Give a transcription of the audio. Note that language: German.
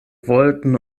wollten